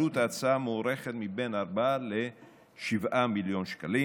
עלות ההצעה מוערכת בין 4 ל-7 מיליון שקלים,